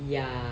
ya